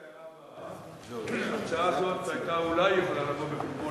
להעיר את ההערה הבאה: ההצעה הזאת היתה אולי יכולה לבוא בחשבון,